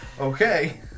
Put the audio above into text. Okay